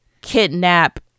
kidnap